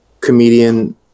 comedian